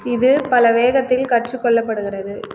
இது பல வேகத்தில் கற்றுக் கொள்ளப்படுகிறது